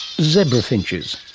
zebra finches,